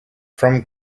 from